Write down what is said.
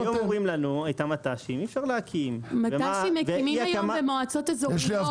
מת"שים מקימים היום במועצות אזוריות.